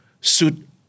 suit